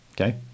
Okay